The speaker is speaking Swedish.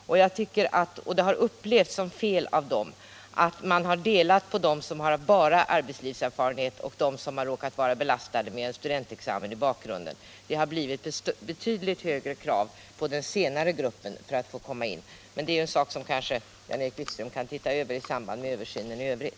Det har av dem upplevts som fel att man har skiljt på dem som bara har arbetslivserfarenhet och dem som råkat vara belastade med en studentexamen. Det har ställts betydligt högre krav på den senare gruppen vid antagningen. Men det är en sak som Jan-Erik Wikström kanske kan titta på i samband med översynen i övrigt.